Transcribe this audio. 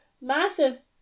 massive